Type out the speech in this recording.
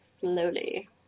slowly